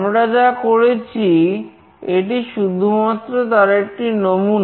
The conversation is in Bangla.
আমরা যা করেছি এটি শুধুমাত্র তার একটি নমুনা